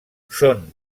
són